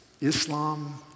Islam